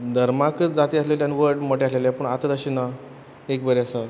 धर्माक जाती आसलेले आनी वट मोटे आसलेले पूण आतां तशें ना एक बरें आसा